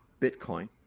bitcoin